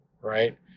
right